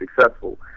successful